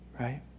Right